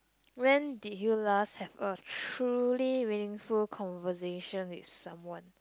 when did you last have a truly meaningful conversation with someone